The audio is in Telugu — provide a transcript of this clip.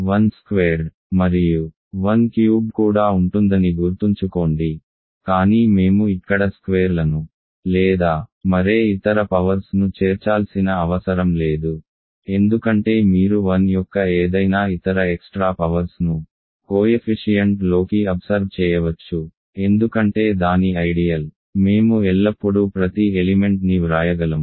1 స్క్వేర్డ్ మరియు 1 క్యూబ్డ్ కూడా ఉంటుందని గుర్తుంచుకోండి కానీ మేము ఇక్కడ స్క్వేర్లను లేదా మరే ఇతర పవర్స్ ను చేర్చాల్సిన అవసరం లేదు ఎందుకంటే మీరు 1 యొక్క ఏదైనా ఇతర ఎక్స్ట్రా పవర్స్ ను కోయెఫిషియంట్ లోకి అబ్సర్బ్ చేయవచ్చు ఎందుకంటే దాని ఐడియల్ మేము ఎల్లప్పుడూ ప్రతి ఎలిమెంట్ ని వ్రాయగలము